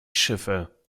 schiffe